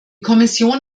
kommission